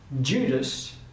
Judas